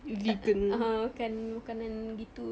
a'ah (uh huh) makan makanan gitu